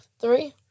Three